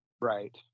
right